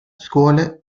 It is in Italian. scuole